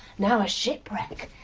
now a shipwreck.